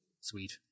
Sweet